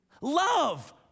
Love